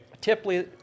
Typically